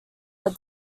are